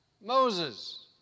Moses